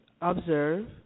observe